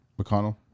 McConnell